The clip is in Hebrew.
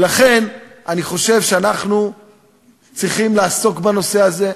ולכן אני חושב שאנחנו צריכים לעסוק בנושא הזה,